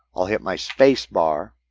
i'll hit my space bar.